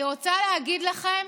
אני רוצה להגיד לכם